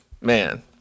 Man